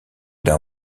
d’un